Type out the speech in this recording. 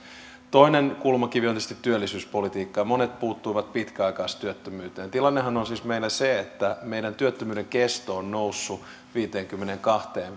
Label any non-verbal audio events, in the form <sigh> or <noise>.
toinen kulmakivi on tietysti työllisyyspolitiikka monet puuttuivat pitkäaikaistyöttömyyteen tilannehan on siis meillä se että meillä työttömyyden kesto on noussut viiteenkymmeneenkahteen <unintelligible>